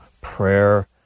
prayer